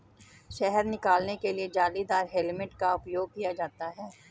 शहद निकालने के लिए जालीदार हेलमेट का उपयोग किया जाता है